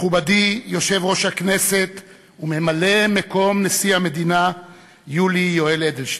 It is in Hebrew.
מכובדי יושב-ראש הכנסת וממלא-מקום נשיא המדינה יולי יואל אדלשטיין,